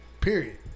Period